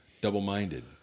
double-minded